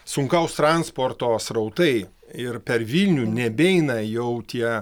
sunkaus transporto srautai ir per vilnių nebeina jau tie